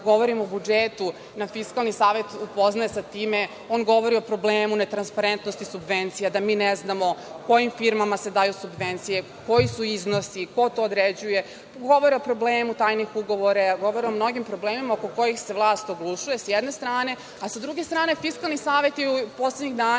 govorimo o budžetu, nas Fiskalni savet upoznaje sa time, on govori o problemu netransparentnosti subvencija, da mi ne znamo kojim firmama se daju subvencije, koji su iznosi, ko to određuje, govore o problemima tajnih ugovora, govore o mnogim problemima oko kojih se vlast oglušuje, sa jedne strane.S druge strane, Fiskalni savet je poslednjih dana,